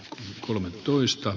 kolmetoista